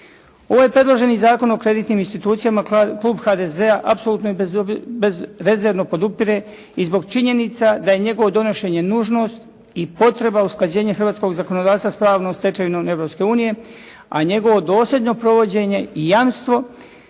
Ovaj predloženi Zakon o kreditnim institucijama klub HDZ-a apsolutno i bezrezervno podupire i zbog činjenica da je njegovo donošenje nužnost i potreba usklađenja hrvatskog zakonodavstva s pravnom stečevinom Europske unije, a njegovo dosljedno provođenje i jamstvo